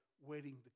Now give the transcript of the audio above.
waiting